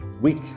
week